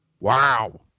Wow